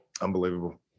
Unbelievable